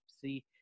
see